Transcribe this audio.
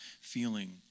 feeling